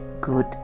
good